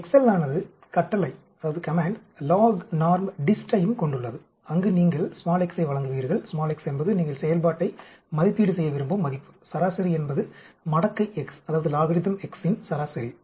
எக்செல்லானது கட்டளை LOGNORMDIST ஐயும் கொண்டுள்ளது அங்கு நீங்கள் x ஐ வழங்குவீர்கள் x என்பது நீங்கள் செயல்பாட்டை மதிப்பீடு செய்ய விரும்பும் மதிப்பு சராசரி என்பது மடக்கை x இன் சராசரி